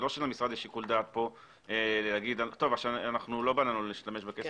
זה לא שיקול הדעת של המשרד להגיד לא בא לנו להשתמש בכסף למטרות האלה.